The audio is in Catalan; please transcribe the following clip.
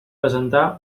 presentar